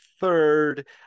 third